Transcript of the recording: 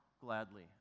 gladly